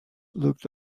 looked